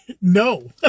no